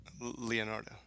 Leonardo